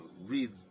read